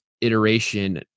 iteration